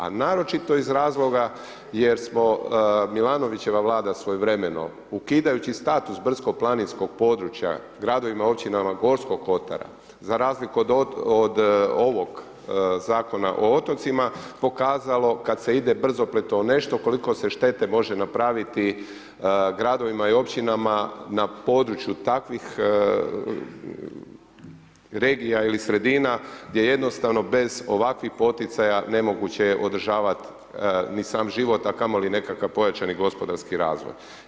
A naročito iz razloga jer smo Milanovićeva Vlada svojevremeno ukidajući status brdsko-planinskog područja gradovima i općinama Gorskog kotara, za razliku od ovog Zakona o otocima pokazalo kad se ide brzopleto u nešto koliko se štete može napraviti gradovima i općinama na području takvih regija ili sredina gdje jednostavno bez ovakvih poticaja nemoguće je održavati ni sam život, a kamoli nekakav pojačani gospodarski razvoj.